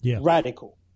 radical